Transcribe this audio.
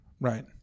Right